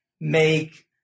make